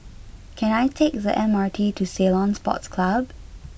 can I take the M R T to Ceylon Sports Club